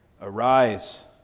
Arise